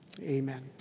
amen